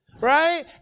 right